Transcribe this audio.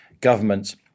government